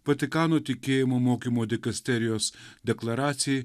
vatikano tikėjimo mokymo dikasterijos deklaracijai